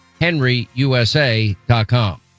HenryUSA.com